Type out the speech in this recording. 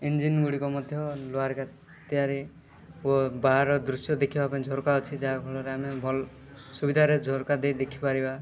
ଇଞ୍ଜିନ୍ଗୁଡ଼ିକ ମଧ୍ୟ ଲୁହାରେ ତିଆରି ଓ ବାହାର ଦୃଶ୍ୟ ଦେଖିବାପାଇଁ ଝରକା ଅଛି ଯାହାଫଳରେ ଆମେ ଭଲ ସୁବିଧାରେ ଝରକା ଦେଇ ଦେଖିପାରିବା